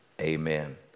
Amen